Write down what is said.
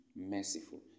merciful